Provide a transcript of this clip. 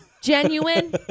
genuine